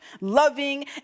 loving